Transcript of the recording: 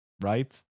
right